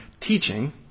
teaching